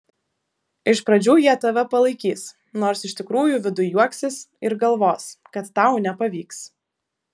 iš pradžių jie tave palaikys nors iš tikrųjų viduj juoksis ir galvos kad tau nepavyks